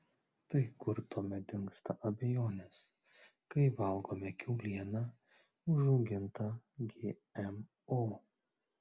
tai kur tuomet dingsta abejonės kai valgome kiaulieną užaugintą gmo